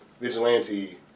vigilante